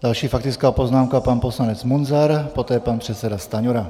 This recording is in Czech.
Další faktická poznámka, pan poslanec Munzar, poté pan předseda Stanjura.